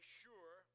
sure